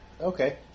Okay